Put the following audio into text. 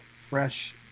fresh